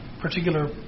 particular